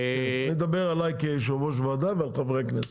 אני מדבר עליי כעל יושב ראש ועדה ועל חברי הכנסת.